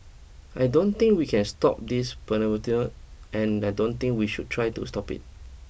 I don't think we can stop this and I don't think we should try to stop it